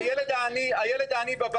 הילד העני בבית